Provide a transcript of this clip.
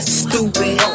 stupid